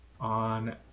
on